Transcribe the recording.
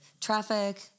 traffic